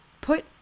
put